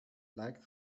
like